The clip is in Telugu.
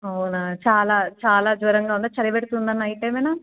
అవునా చాలా చాలా జ్వరంగా ఉందా చలి పెడుతుందా నైట్ ఏమైనా